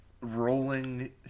rolling